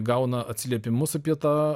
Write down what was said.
gauna atsiliepimus apie tą